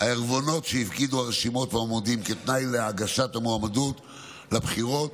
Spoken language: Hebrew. הערבונות שהפקידו הרשימות והמועמדים כתנאי להגשת המועמדות לבחירות.